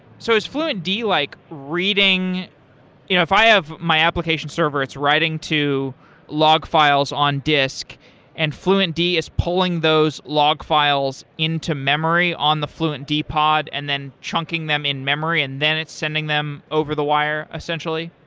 so is fluentd like reading if i have my application server, it's writing to log files on disc and fluentd is pulling those log files into memory on the fluentd pod and then chunking them in memory and then it's sending them over the wire essentially.